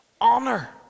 honor